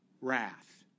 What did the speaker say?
wrath